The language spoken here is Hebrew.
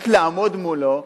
רק לעמוד מולו,